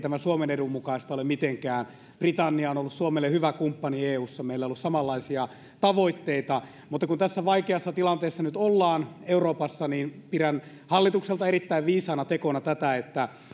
tämä suomen edun mukaista ole mitenkään britannia on ollut suomelle hyvä kumppani eussa meillä on ollut samanlaisia tavoitteita mutta kun tässä vaikeassa tilanteessa nyt ollaan euroopassa niin pidän hallitukselta erittäin viisaana tekona tätä että